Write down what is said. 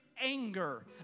anger